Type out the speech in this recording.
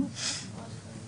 לא פתחה.